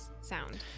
sound